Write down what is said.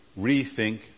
rethink